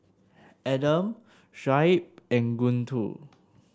Adam Shoaib and Guntur